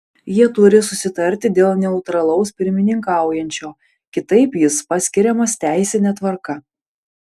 jie turi susitarti dėl neutralaus pirmininkaujančio kitaip jis paskiriamas teisine tvarka